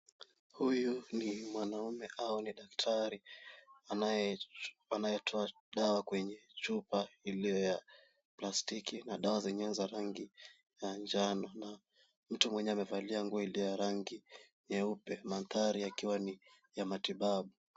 Huyu ni mwanaume au ni daktari anayetoa dawa kwenye chupa iliyo ya plastiki na dawa zenyewe za rangi ya njano na mtu mwenyewe amevalia nguo iliyo ya rangi nyeupe. Mandhari yakiwa ni ya matibabu.